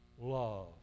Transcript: love